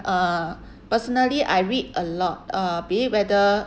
uh personally I read a lot uh be it whether